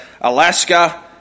Alaska